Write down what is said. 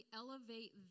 elevate